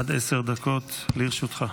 עד עשר דקות לרשותך.